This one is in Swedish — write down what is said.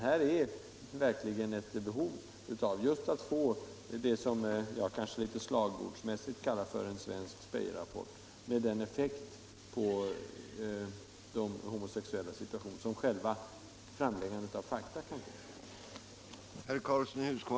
Här finns verkligen ett behov av det som jag kanske litet slagordsmässigt kallade en svensk Speijerrapport — med den effekt på de homosexuellas situation som själva framläggandet av fakta kan ge.